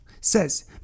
says